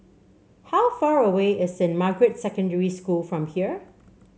how far away is Saint Margaret's Secondary School from here